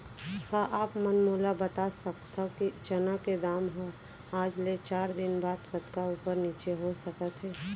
का आप मन मोला बता सकथव कि चना के दाम हा आज ले चार दिन बाद कतका ऊपर नीचे हो सकथे?